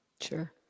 Sure